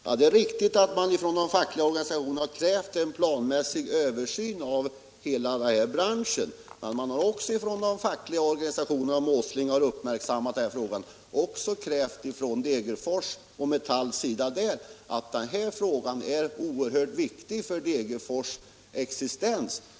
Herr talman! Det är riktigt att de fackliga organisationerna har krävt en planmässig översyn av hela den här branschen. Men Metall i Degerfors har också — om herr Åsling har uppmärksammat det — anfört att den här frågan är oerhört viktig för Degerfors existens.